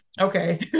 okay